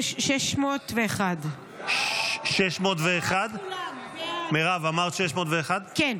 601. הסתייגות 601, הצבעה כעת.